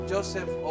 Joseph